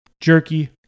jerky